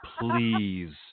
Please